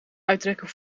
uittrekken